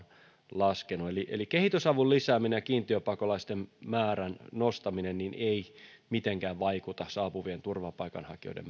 laskenut eli eli kehitysavun lisääminen ja kiintiöpakolaisten määrän nostaminen eivät mitenkään vaikuta saapuvien turvapaikanhakijoiden